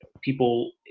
people